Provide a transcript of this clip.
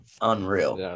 Unreal